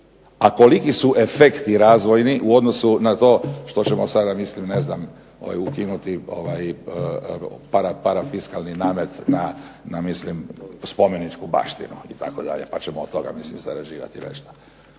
a koliki su efekti razvojni u odnosu na to što ćemo sada mislim ne znam ukinuti parafiskalni namet na mislim spomeničku baštinu itd. pa ćemo od toga mislim zarađivati nešto.